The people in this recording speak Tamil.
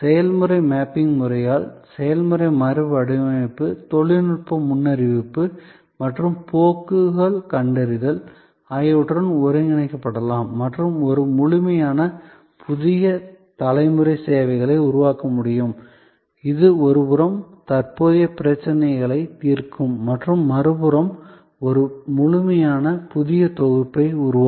செயல்முறை மேப்பிங் முறையால் செயல்முறை மறுவடிவமைப்பு தொழில்நுட்ப முன்னறிவிப்பு மற்றும் போக்குகள் கண்டறிதல் ஆகியவற்றுடன் ஒருங்கிணைக்கப்படலாம் மற்றும் ஒரு முழுமையான புதிய தலைமுறை சேவைகளை உருவாக்க முடியும் இது ஒருபுறம் தற்போதைய பிரச்சினைகளை தீர்க்கும் மற்றும் மறுபுறம் அது ஒரு முழுமையான புதிய தொகுப்பை உருவாக்கும்